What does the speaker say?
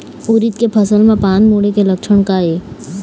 उरीद के फसल म पान मुड़े के लक्षण का ये?